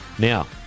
Now